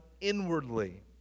inwardly